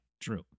true